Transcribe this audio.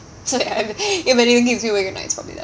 so ya if anything keeps me awake at night it's probably that